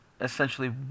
essentially